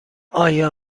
آیا